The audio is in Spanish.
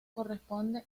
corresponde